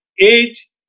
age